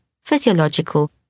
physiological